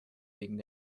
wegen